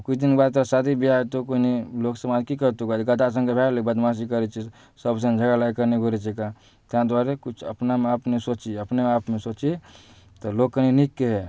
किछु दिन बाद तोहर शादी बिआह होयतहुँ कनी लोक समाज की कहतहुँ गधा सनके भए गेलै बदमाशी करैत छै सब समझै बला आइकाल्हि नहि भेटैत छै कऽ ताहि दुआरे किछु अपना आपमे सोचही अपना आपमे सोचही तऽ लोक कनी नीक कहए